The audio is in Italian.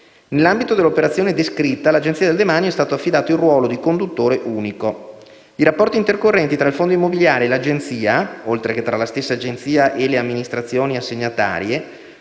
Nell'ambito dell'operazione descritta, all'Agenzia del demanio è stato affidato il ruolo di conduttore unico. I rapporti intercorrenti tra il Fondo immobiliare e l'Agenzia (oltre che tra la stessa Agenzia e le amministrazioni assegnatane)